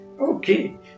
Okay